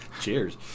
Cheers